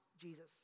Jesus